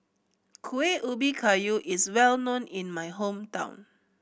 Kuih Ubi Kayu is well known in my hometown